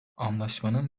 anlaşmanın